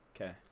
Okay